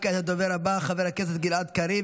וכעת, הדובר הבא, חבר הכנסת גלעד קריב.